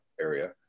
area